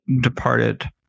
departed